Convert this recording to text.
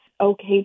okay